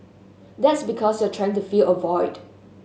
that's because you're trying to fill a void